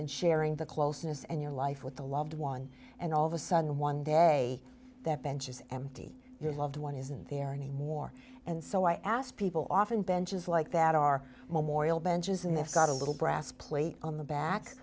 and sharing the closeness and your life with a loved one and all of a sudden one day that bench is empty your loved one isn't there anymore and so i asked people often benches like that are morial benches and this got a little brass plate on the back